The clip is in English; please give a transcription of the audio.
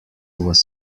was